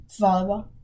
volleyball